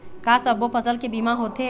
का सब्बो फसल के बीमा होथे?